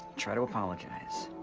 try to apologize,